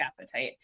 appetite